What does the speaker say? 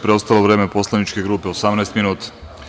Preostalo vreme poslaničke grupe je 18 minuta.